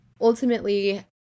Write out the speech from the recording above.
ultimately